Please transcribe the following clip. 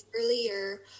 earlier